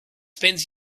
spent